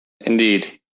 Indeed